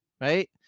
Right